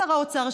שר האוצר,